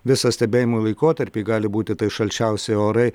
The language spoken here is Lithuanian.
visą stebėjimų laikotarpį gali būti tai šalčiausi orai